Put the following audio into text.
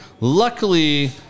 Luckily